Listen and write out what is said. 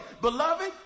Beloved